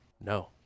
no